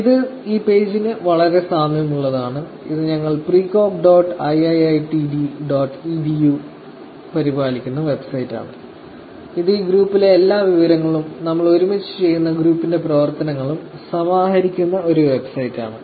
ഇത് ഈ പേജിന് വളരെ സാമ്യമുള്ളതാണ് ഇത് ഞങ്ങൾ precog dot iiitd dot edu പരിപാലിക്കുന്ന വെബ്സൈറ്റാണ് ഇത് ഈ ഗ്രൂപ്പിലെ എല്ലാ വിവരങ്ങളും നമ്മൾ ഒരുമിച്ച് ചെയ്യുന്ന ഗ്രൂപ്പിന്റെ പ്രവർത്തനങ്ങളും സമാഹരിക്കുന്ന ഒരു വെബ്സൈറ്റാണ്